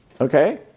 Okay